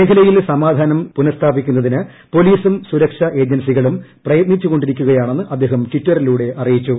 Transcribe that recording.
മേഖലയിൽ സമാധാനം സ്ഥാപിക്കുന്നതിന് പൊലീസൂരി സുരക്ഷാ ഏജൻസികളും പ്രയത്നിച്ചുകൊണ്ടിരിക്കുകയാണെന്ന് ആദ്ദേഹം ട്വിറ്ററിലൂടെ അറിയിച്ചു